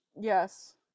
yes